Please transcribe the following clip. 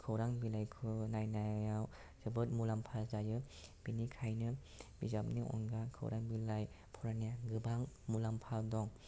खौरां बिलाइखौ नायनायाव जोबोद मुलाम्फा जायो बेनिखायनो बिजाबनि अनगा खौरां बिलाइ फरायनाया गोबां मुलाम्फा दं